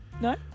No